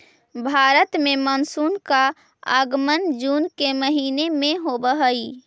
भारत में मानसून का आगमन जून के महीने में होव हई